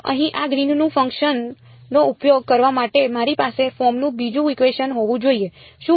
તો અહીં આ ગ્રીનના ફંક્શન નો ઉપયોગ કરવા માટે મારી પાસે ફોર્મનું બીજું ઇકવેશન હોવું જોઈએ શું